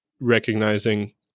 recognizing